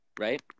Right